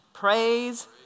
Praise